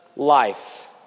life